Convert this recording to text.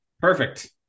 Perfect